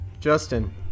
Justin